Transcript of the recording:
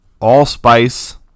allspice